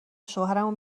شوهرمون